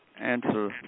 answer